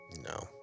No